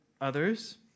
others